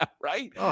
right